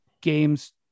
games